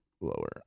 Lower